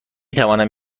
توانم